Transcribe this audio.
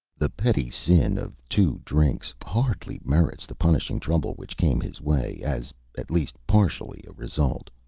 the petty sin of two drinks hardly merits the punishing trouble which came his way as, at least partially, a result.